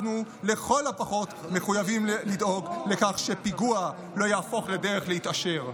אנחנו לכל הפחות מחויבים לדאוג לכך שפיגוע לא יהפוך לדרך להתעשר,